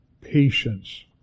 patience